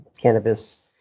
Cannabis